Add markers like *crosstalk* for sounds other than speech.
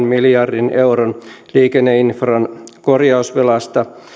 *unintelligible* miljardin euron liikenneinfran korjausvelasta